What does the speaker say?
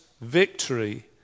victory